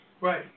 Right